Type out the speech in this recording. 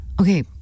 Okay